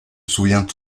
souvient